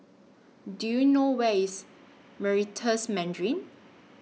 Do YOU know Where IS Meritus Mandarin